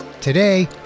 Today